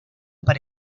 para